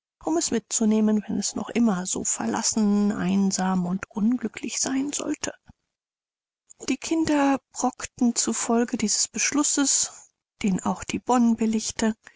um es mitzunehmen wenn es noch immer so verlassen einsam und unglücklich sein sollte die kinder brockten zufolge dieses beschlusses den auch die